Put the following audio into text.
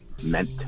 meant